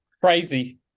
Crazy